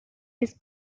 his